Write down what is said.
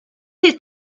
you